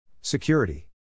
Security